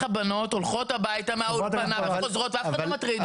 הבנות הולכות הביתה מהאולפנה וחוזרות ואף אחד לא מטריד אותן,